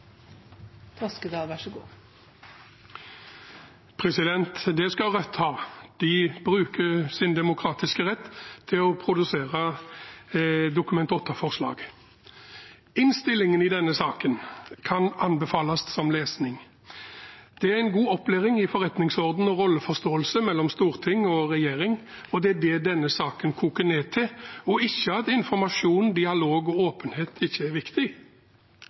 Det skal Rødt ha: De bruker sin demokratiske rett til å produsere Dokument 8-forslag. Innstillingen i denne saken kan anbefales som lesning. Det er en god opplæring i forretningsordenen og rolleforståelsen mellom storting og regjering. Det er det denne saken koker ned til, og ikke at informasjon, dialog og åpenhet ikke er viktig.